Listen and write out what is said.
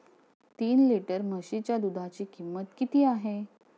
तीन लिटर म्हशीच्या दुधाची किंमत किती आहे?